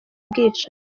ubwicanyi